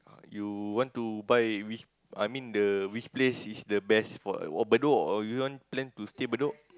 you want to buy which I mean the which place is the best oh bedok you don't plan to stay bedok